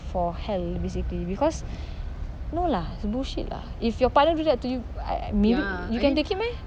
for hell basically because no lah it's bullshit lah if your partner do that to you I I mean you can take it meh